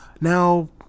Now